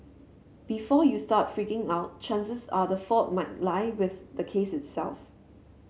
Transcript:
before you start freaking out chances are the fault might lie with the case itself